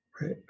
right